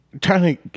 trying